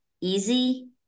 easy